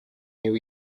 new